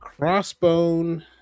Crossbone